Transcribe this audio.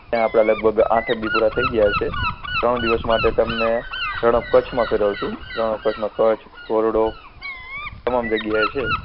ત્યાં આપણાં લગભગ આઠ એક દી પૂરાં થઇ ગયા હશે ત્રણ દિવસ માટે તમને રણ ઑફ કચ્છમાં ફેરવીશું રણ ઑફ કચ્છમાં કચ્છ ઘોરડો તમામ જગ્યાએ છે